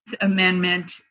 Amendment